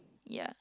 ya